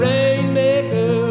Rainmaker